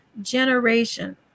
generation